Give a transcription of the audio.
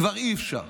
כבר אי-אפשר.